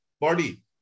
body